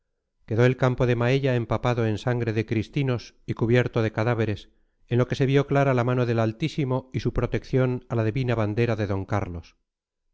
quedó el campo de maella empapado en sangre de cristinos y cubierto de cadáveres en lo que se vio clara la mano del altísimo y su protección a la divina bandera de d carlos